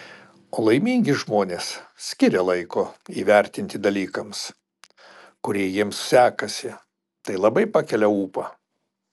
o laimingi žmonės skiria laiko įvertinti dalykams kurie jiems sekasi tai labai pakelia ūpą